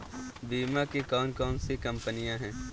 बीमा की कौन कौन सी कंपनियाँ हैं?